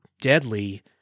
deadly